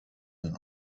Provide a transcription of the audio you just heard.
این